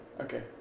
Okay